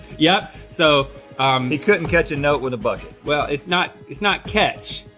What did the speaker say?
yeah. so, um he couldn't catch a note with a bucket. well, it's not it's not catch.